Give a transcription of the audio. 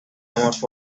morfología